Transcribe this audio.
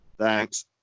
Thanks